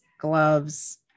gloves